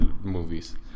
movies